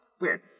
weird